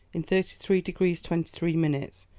in thirty three degrees twenty three minutes,